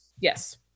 Yes